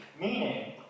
Meaning